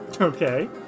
Okay